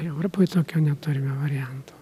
europoj tokio neturime varianto